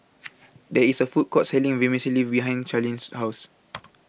There IS A Food Court Selling Vermicelli behind Charline's House